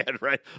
right